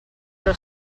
però